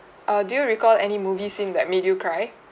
err do you recall any movie scene that made you cry